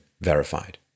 verified